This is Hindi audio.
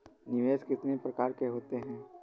निवेश कितनी प्रकार के होते हैं?